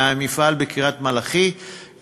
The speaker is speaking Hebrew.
מהמפעל בקריית-מלאכי,